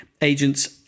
agents